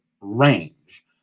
range